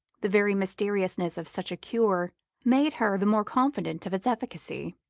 the very mysteriousness of such a cure made her the more confident of its efficacy.